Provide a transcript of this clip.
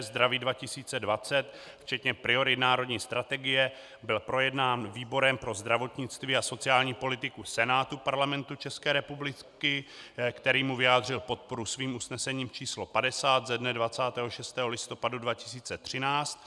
Zdraví 2020 včetně priorit národní strategie byl projednán výborem pro zdravotnictví a sociální politiku Senátu Parlamentu České republiky, který mu vyjádřil podporu svým usnesením číslo 50 ze dne 26. listopadu 2013.